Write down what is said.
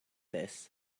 this